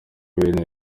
bene